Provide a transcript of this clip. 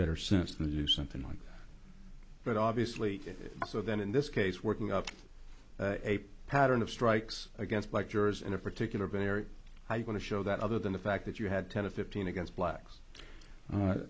better sense than to do something like that obviously so then in this case working up a pattern of strikes against like jurors in a particular barry i want to show that other than the fact that you had ten to fifteen against blacks